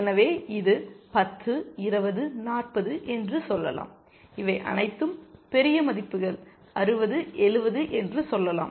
எனவே இது 10 20 40 என்று சொல்லலாம் இவை அனைத்தும் பெரிய மதிப்புகள் 60 70 என்று சொல்லலாம்